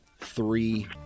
three